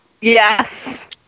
yes